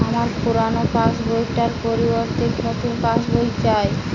আমার পুরানো পাশ বই টার পরিবর্তে নতুন পাশ বই চাই